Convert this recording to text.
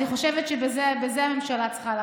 אני חושבת שבזה הממשלה צריכה לעסוק.